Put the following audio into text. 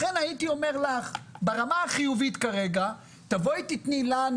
לכן הייתי אומר לך שברמה החיובית כרגע תבואי ותני לנו